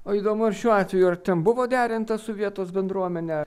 o įdomu ar šiuo atveju ar ten buvo derinta su vietos bendruomene